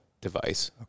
device